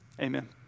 amen